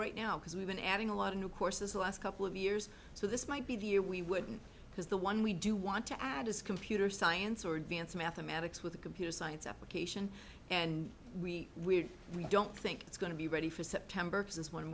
right now because we've been adding a lot of new courses the last couple of years so this might be the year we wouldn't because the one we do want to add is computer science or advanced mathematics with a computer science application and we we we don't think it's going to be ready for september